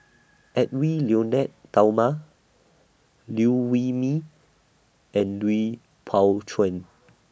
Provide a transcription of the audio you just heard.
Edwy Lyonet Talma Liew Wee Mee and Lui Pao Chuen